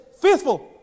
faithful